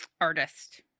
artist